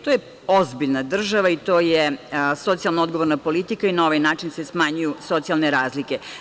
To je ozbiljna država i to je socijalno odgovorna politika i na ovaj način se smanjuju socijalne razlike.